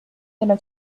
della